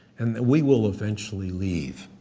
and that we will eventually leave.